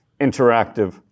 interactive